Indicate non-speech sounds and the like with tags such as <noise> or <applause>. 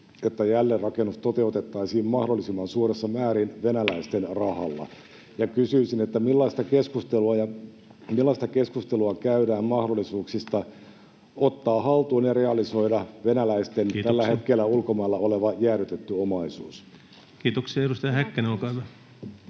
että jälleenrakennus toteutettaisiin mahdollisimman suuressa määrin venäläisten rahalla. <noise> Kysyisin: millaista keskustelua käydään mahdollisuuksista ottaa haltuun ja realisoida venäläisten tällä hetkellä ulkomailla oleva jäädytetty omaisuus? Kiitoksia. — Edustaja Häkkänen, olkaa hyvä.